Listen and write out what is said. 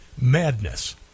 madness